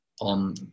on